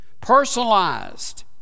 personalized